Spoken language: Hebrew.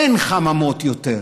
אין חממות יותר.